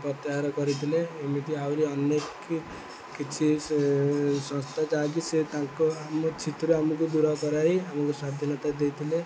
ପ୍ରତ୍ୟାହାର କରିଥିଲେ ଏମିତି ଆହୁରି ଅନେକ କିଛି ସ ସଂସ୍ଥା ଯାହାକି ସେ ତାଙ୍କ ଆମ ଛିତ୍ର ଆମକୁ ଦୂର କରାଇ ଆମକୁ ସ୍ଵାଧୀନତା ଦେଇଥିଲେ